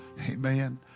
Amen